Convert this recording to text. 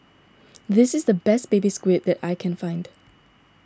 this is the best Baby Squid that I can find